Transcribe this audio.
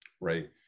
right